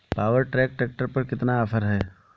Power track tractor पर कितना offer है?